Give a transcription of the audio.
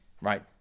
right